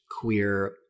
queer